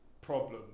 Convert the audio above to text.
problem